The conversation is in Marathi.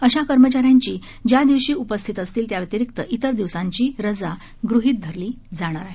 अशा कर्मचाऱ्यांची ज्या दिवशी उपस्थित असतील त्याव्यतिरीक्त इतर दिवसांची रजा गृहित धरली जाणार आहे